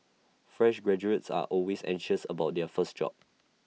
fresh graduates are always anxious about their first job